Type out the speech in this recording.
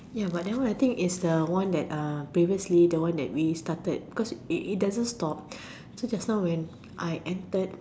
ya but that one I think is the one that uh previously the one that we started it doesn't stop so just now when I entered